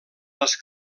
les